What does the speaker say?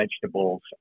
vegetables